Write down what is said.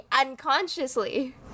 unconsciously